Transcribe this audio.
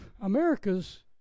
America's